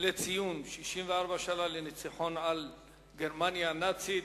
לציון 64 שנה לניצחון על גרמניה הנאצית.